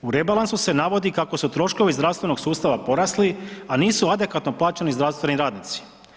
U rebalansu se navodi kako su troškovi zdravstvenog sustava porasli, a nisu adekvatno plaćeni zdravstveni radnici.